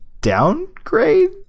downgrade